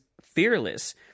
Fearless